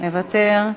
מוותר,